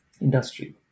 industry